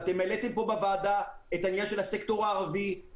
אתם העליתם פה בוועדה את עניין הסקטור הערבי,